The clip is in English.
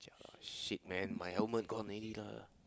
shit man my helmet gone already lah